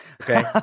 Okay